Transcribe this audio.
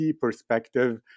perspective